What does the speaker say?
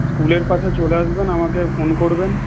স্কুলের পাশে চলে আসবেন আমাকে ফোন করবেন